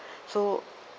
so